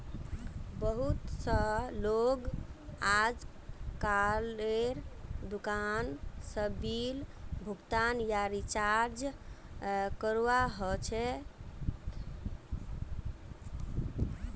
बहुत स लोग अजकालेर दुकान स बिल भुगतान या रीचार्जक करवा ह छेक